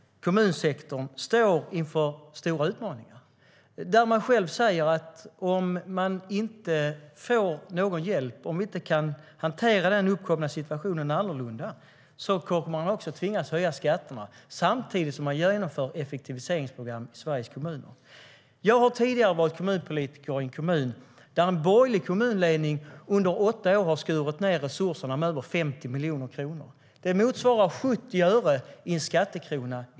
Kommunsektorn står inför stora utmaningar. Man säger själv att om man inte får någon hjälp, om vi inte kan hantera den uppkomna situationen annorlunda, kommer man att tvingas höja skatterna, samtidigt som det genomförs effektiviseringsprogram i Sveriges kommuner. Jag har tidigare varit kommunpolitiker i Landskrona, där en borgerlig kommunledning under åtta år skurit ned resurserna med över 50 miljoner kronor. Det motsvarar 70 öre i skatt.